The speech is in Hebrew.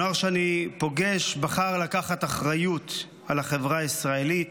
הנוער שאני פוגש בחר לקחת אחריות על החברה הישראלית,